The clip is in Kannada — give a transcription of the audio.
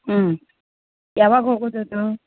ಹ್ಞೂ ಯಾವಾಗ ಹೋಗೋದು ಅದು